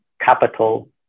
capital